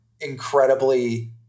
incredibly